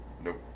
Nope